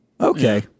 okay